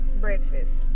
breakfast